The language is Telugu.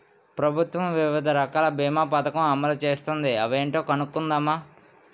ప్రభుత్వం వివిధ రకాల బీమా పదకం అమలు చేస్తోంది అవేంటో కనుక్కుందామా?